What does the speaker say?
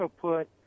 put